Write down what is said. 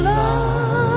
love